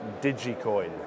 DigiCoin